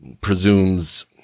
presumes